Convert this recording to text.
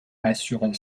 assurer